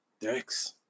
Dex